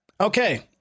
Okay